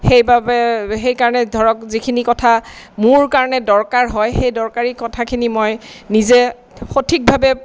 সেইবাবে সেইকাৰণে ধৰক যিখিনি কথা মোৰ কাৰণে দৰকাৰ হয় সেই দৰকাৰী কথাখিনি মই নিজে সঠিকভাৱে